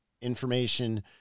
information